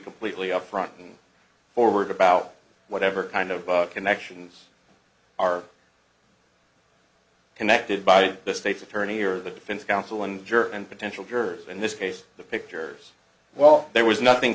completely up front and forward about whatever kind of connections are connected by the state's attorney or the defense counsel one juror and potential jurors in this case the pictures well there was nothing